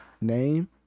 name